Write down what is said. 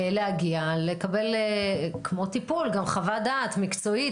להגיע ולקבל כמו טיפול גם חוות דעת מקצועית,